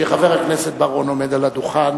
שחבר הכנסת בר-און עומד על הדוכן